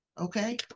Okay